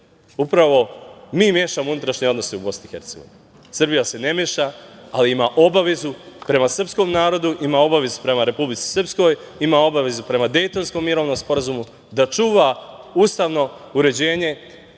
upravo mi mešamo u unutrašnje odnose u BiH.Srbija se ne meša, ali ima obavezu prema srpskom narodu, ima obavezu prema Republici Srpskoj, ima obavezu prema Dejtonskom mirovnom sporazumu da čuva ustavno uređenje